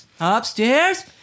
Upstairs